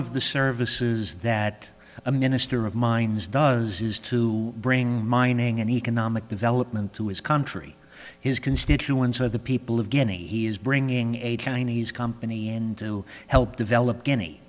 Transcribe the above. of the services that a minister of mines does is to bring mining and economic development to his country his constituents or the people of guinea he is bringing a chinese company and to help develop guinea